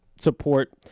support